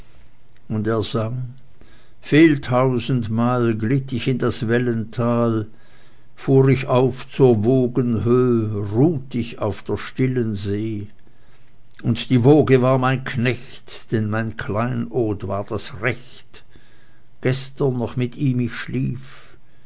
und er sang vieltausendmal glitt ich in das wellental fuhr ich auf zur wogenhöh ruht ich auf der stillen see und die woge war mein knecht denn mein kleinod war das recht gestern noch mit ihm ich schlief